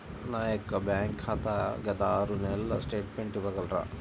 నా యొక్క బ్యాంక్ ఖాతా గత ఆరు నెలల స్టేట్మెంట్ ఇవ్వగలరా?